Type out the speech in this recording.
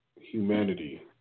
Humanity